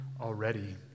already